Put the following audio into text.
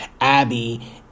Abby